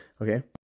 Okay